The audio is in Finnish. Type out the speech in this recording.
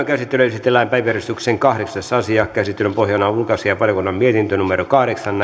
käsittelyyn esitellään päiväjärjestyksen kahdeksas asia käsittelyn pohjana on ulkoasiainvaliokunnan mietintö kahdeksan